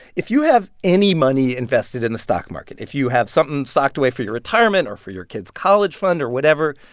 if you have any money invested in the stock market if you have something stocked away for your retirement or for your kid's college fund or whatever,